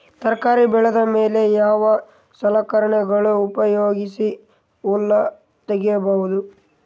ತರಕಾರಿ ಬೆಳದ ಮೇಲೆ ಯಾವ ಸಲಕರಣೆಗಳ ಉಪಯೋಗಿಸಿ ಹುಲ್ಲ ತಗಿಬಹುದು?